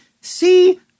See